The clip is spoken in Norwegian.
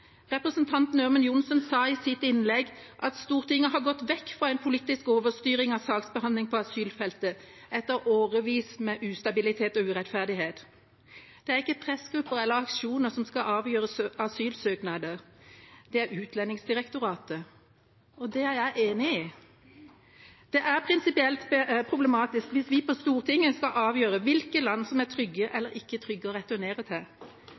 Representanten Ørmen Johnsen sa i sitt innlegg at Stortinget har gått vekk fra en politisk overstyring av saksbehandling på asylfeltet etter årevis med ustabilitet og urettferdighet. Det er ikke pressgrupper eller aksjoner som skal avgjøre asylsøknader, det er Utlendingsdirektoratet. Det er jeg enig i. Det er prinsipielt problematisk hvis vi på Stortinget skal avgjøre hvilke land som er trygge eller ikke trygge å returnere til.